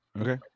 Okay